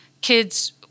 kids